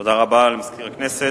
תודה רבה למזכיר הכנסת.